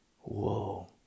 Whoa